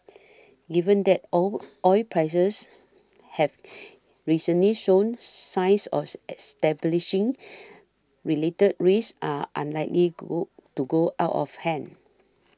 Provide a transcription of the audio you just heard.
given that oil prices have recently showed signs of establishing related risks are unlikely go to go out of hand